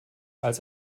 als